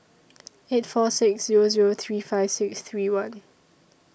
eight four six Zero Zero three five six three one